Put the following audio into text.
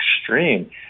extreme